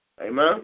Amen